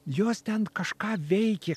jos ten kažką veikė